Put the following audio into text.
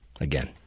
again